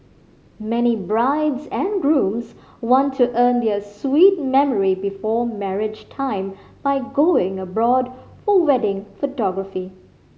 many brides and grooms want to earn their sweet memory before marriage time by going abroad for wedding photography